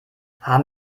haben